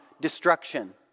destruction